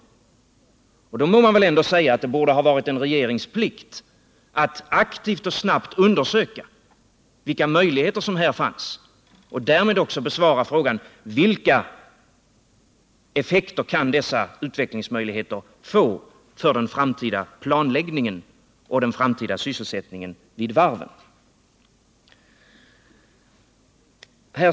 Man må väl också kunna säga att det borde ha varit regeringens plikt att aktivt och snabbt undersöka vilka möjligheter som här fanns och därmed också besvara frågan: Vilka effekter kan dessa utvecklingsmöjligheter få för den framtida planläggningen och sysselsättningen vid varven?